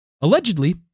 Allegedly